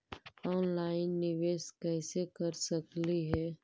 Online निबेस कैसे कर सकली हे?